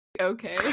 okay